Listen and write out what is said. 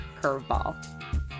curveball